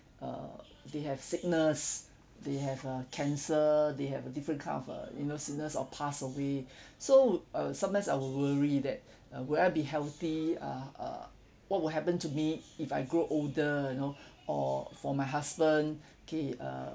err they have sickness they have uh cancer they have a different kind of uh you know sickness or pass away so uh sometimes I will worry that uh would I be healthy uh uh what will happen to me if I grow older you know or for my husband okay uh